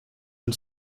une